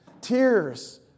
tears